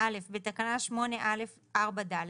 - בתקנה 8א(4)(ד),